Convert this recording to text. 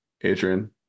Adrian